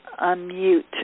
unmute